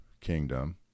kingdom